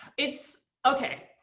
it's, ok.